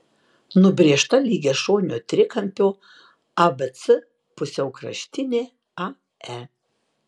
nubrėžta lygiašonio trikampio abc pusiaukraštinė ae